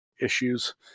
issues